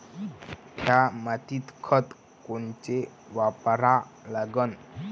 थ्या मातीत खतं कोनचे वापरा लागन?